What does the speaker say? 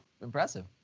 impressive